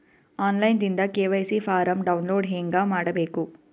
On line ದಿಂದ KYC form download ಹೇಂಗ ಮಾಡಬೇಕು?